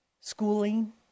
schooling